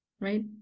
right